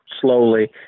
slowly